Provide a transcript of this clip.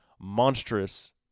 monstrous